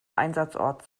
einsatzort